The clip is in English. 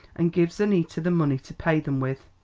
and gives annita the money to pay them with.